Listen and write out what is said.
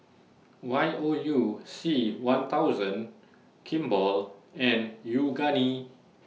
Y O U C one thousand Kimball and Yoogane